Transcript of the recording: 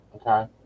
Okay